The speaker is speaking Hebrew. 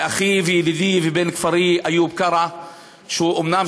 לאחי וידידי ובן כפרי איוב קרא שהוא אומנם